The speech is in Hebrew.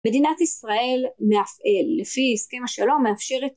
מדינת ישראל מאפ... לפי הסכם השלום מאפשרת